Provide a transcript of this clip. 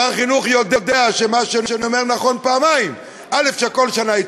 שר החינוך יודע שמה שאני אומר נכון פעמיים: שכל שנה הציעו,